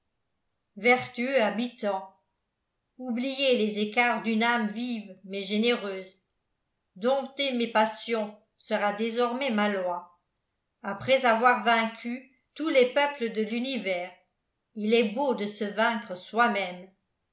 vertueux habitants oubliez les écarts d'une âme vive mais généreuse dompter mes passions sera désormais ma loi après avoir vaincu tous les peuples de l'univers il est beau de se vaincre soi-même